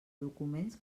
documents